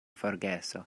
forgeso